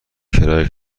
کرایه